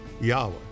Yahweh